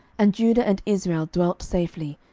and judah and israel dwelt safely,